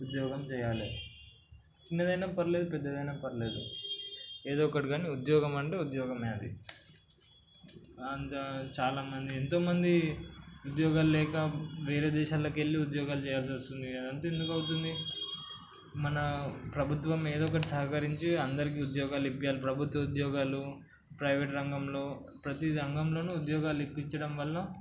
ఉద్యోగం చేయాలి చిన్నదైన పర్లేదు పెద్దదైన పర్లేదు ఏదో ఒకటి కానీ ఉద్యోగం అంటే ఉద్యోగమే అది అంతా చాలామంది ఎంతోమంది ఉద్యోగాలు లేక వేరే దేశాలకి వెళ్ళి ఉద్యోగాలు చేయాల్సి వస్తుంది అదంతా ఎందుకు అవుతుంది మన ప్రభుత్వం ఏదో ఒకటి సహకరించి అందరికీ ఉద్యోగాలు ఇప్పించాలి ప్రభుత్వ ఉద్యోగాలు ప్రైవేట్ రంగంలో ప్రతీ రంగంలోను ఉద్యోగాలు ఇప్పించడం వల్ల